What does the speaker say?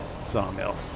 sawmill